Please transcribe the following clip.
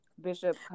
Bishop